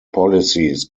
policies